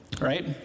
right